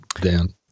Dan